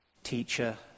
Teacher